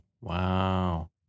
Wow